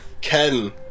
Ken